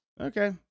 Okay